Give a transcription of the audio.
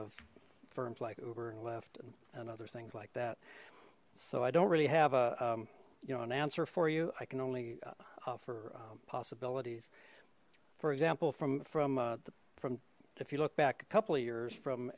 of firms like uber and left and and other things like that so i don't really have a you know an answer for you i can only offer possibilities for example from from the from if you look back a couple of years from